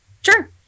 Sure